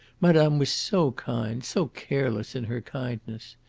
madame was so kind, so careless in her kindness.